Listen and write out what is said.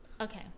Okay